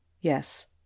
Yes